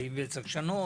האם צריך לשנות.